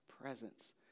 presence